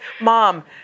Mom